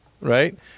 right